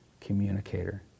communicator